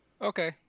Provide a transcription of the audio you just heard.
Okay